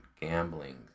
gambling